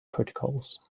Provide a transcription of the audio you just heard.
protocols